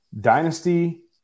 dynasty